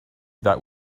that